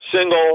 single